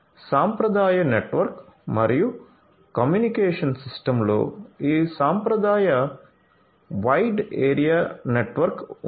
సాంప్రదాయ నెట్వర్క్ మరియు కమ్యూనికేషన్ సిస్టమ్లో ఈ సాంప్రదాయ వైడ్ ఏరియా నెట్వర్క్ ఉంది